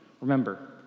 Remember